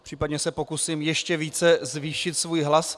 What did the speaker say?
Případně se pokusím ještě více zvýšit svůj hlas.